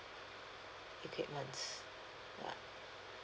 okay what's what